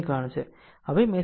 હવે મેશ માં KVL લાગુ કરો